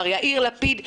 מר יאיר לפיד,